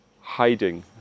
hiding